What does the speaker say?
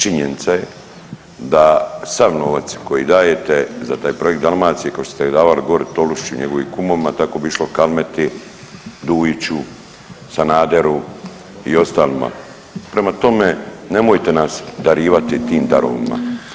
Činjenica je da sav novac koji dajte za taj projekt Dalmacije ko što ste davali gore Tolušiću i njegovim kumovima tako bi išlo Kalmeti, Dujiću, Sanaderu i ostalima, prema tome nemojte nas darivati tim darovima.